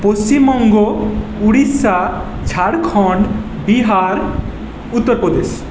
Paschimbanga Orissa Jharkhand Bihar Uttar Pradesh